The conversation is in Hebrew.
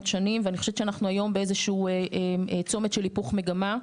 שנים ואני חושבת שאנחנו היום באיזשהו צומת של היפוך מגמה.